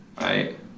right